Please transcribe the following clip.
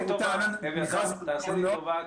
אביתר, תעשה לי טובה.